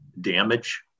damage